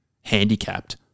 handicapped